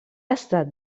estat